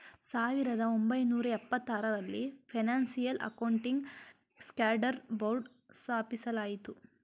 ಸಾವಿರದ ಒಂಬೈನೂರ ಎಪ್ಪತಾರರಲ್ಲಿ ಫೈನಾನ್ಸಿಯಲ್ ಅಕೌಂಟಿಂಗ್ ಸ್ಟ್ಯಾಂಡರ್ಡ್ ಬೋರ್ಡ್ನ ಸ್ಥಾಪಿಸಲಾಯಿತು